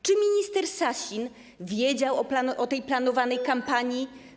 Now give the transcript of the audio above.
Czy minister Sasin wiedział o tej planowanej kampanii?